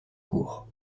court